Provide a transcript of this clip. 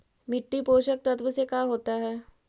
मिट्टी पोषक तत्त्व से का होता है?